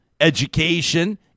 education